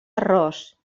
arròs